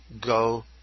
go